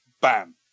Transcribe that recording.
Bam